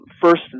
first